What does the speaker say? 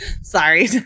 Sorry